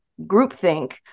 groupthink